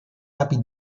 api